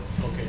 Okay